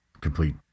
complete